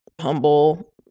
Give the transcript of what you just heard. humble